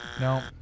No